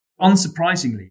Unsurprisingly